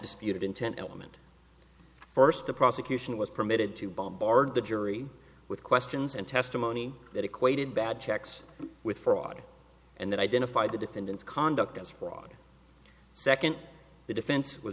disputed intent element first the prosecution was permitted to bombard the jury with questions and testimony that equated bad checks with fraud and that identified the defendant's conduct as fraud second the defense was